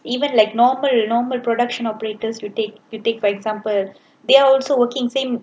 even like normal normal production operators you take you take for example they are also working same